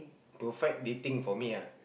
perfect dating for me lah